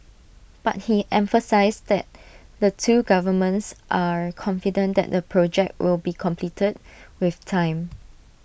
but he emphasised that the two governments are confident that the project will be completed with time